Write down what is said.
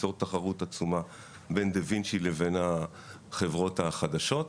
שייצור תחרות עצומה בין דה וינצ'י לבין החברות החדשות.